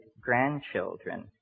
grandchildren